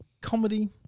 comedy